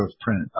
print